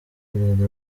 perezida